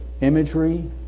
imagery